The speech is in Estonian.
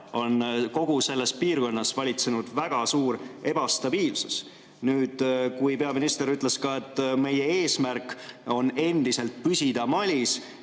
on kogu selles piirkonnas valitsenud väga suur ebastabiilsus. Peaminister ütles ka seda, et meie eesmärk on endiselt püsida Malis,